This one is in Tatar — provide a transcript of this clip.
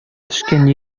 төшкән